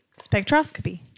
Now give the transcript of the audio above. Spectroscopy